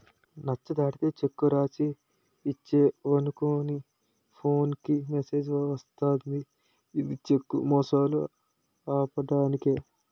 నచ్చ దాటితే చెక్కు రాసి ఇచ్చేవనుకో నీ ఫోన్ కి మెసేజ్ వస్తది ఇది చెక్కు మోసాలు ఆపడానికే